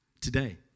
Today